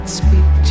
speak